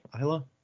ISLA